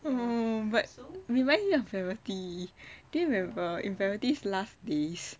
mm but reminds me of rabbity do you remember rabbity's last days